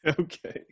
Okay